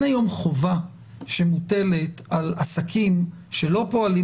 אין היום חובה שמוטלת על עסקים שלא פועלים